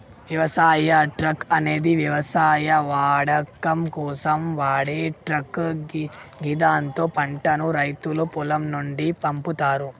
వ్యవసాయ ట్రక్ అనేది వ్యవసాయ వాడకం కోసం వాడే ట్రక్ గిదాంతో పంటను రైతులు పొలం నుండి పంపుతరు